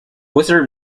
wizard